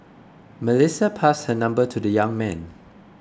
Melissa passed her number to the young man